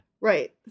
right